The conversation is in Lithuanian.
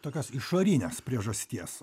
tokios išorinės priežasties